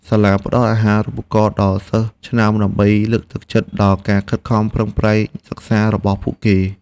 សាលាផ្តល់អាហារូបករណ៍ដល់សិស្សឆ្នើមដើម្បីលើកទឹកចិត្តដល់ការខិតខំប្រឹងប្រែងសិក្សារបស់ពួកគេ។